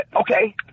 okay